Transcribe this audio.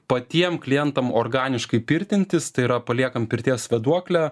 patiem klientams organiškai pirtintis tai yra paliekam pirties vėduoklę